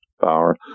power